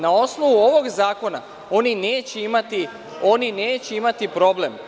Na osnovu ovog zakona oni neće imati problem.